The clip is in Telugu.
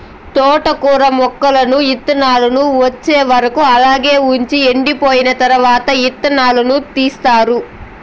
తోటకూర మొక్కలను ఇత్తానాలు వచ్చే వరకు అలాగే వుంచి ఎండిపోయిన తరవాత ఇత్తనాలను తీస్తారు